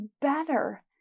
better